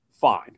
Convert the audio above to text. fine